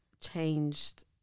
changed